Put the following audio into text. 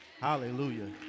Hallelujah